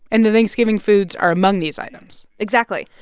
and the thanksgiving foods are among these items exactly.